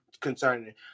concerning